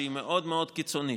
שהיא מאוד מאוד קיצונית: